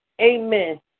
Amen